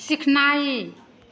सिखनाय